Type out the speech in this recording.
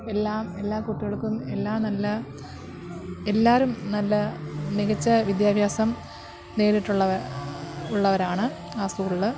എല്ലാം എല്ലാ കുട്ടികൾക്കും എല്ലാം നല്ല എല്ലാവരും നല്ല മികച്ച വിദ്യാഭ്യാസം നേടീട്ടുള്ളവ ഉള്ളവരാണ് ആ സ്കൂളിൽ